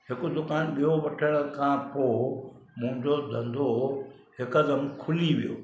हिकु दुकानु ॿियो वठण खां पोइ मुंहिंजो धंधो हिकदमि खुली वियो